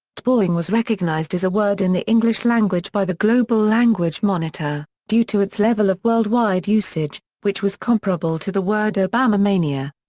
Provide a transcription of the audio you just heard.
tebowing was recognized as a word in the english language by the global language monitor, due to its level of worldwide usage, which was comparable to the word obamamania.